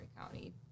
County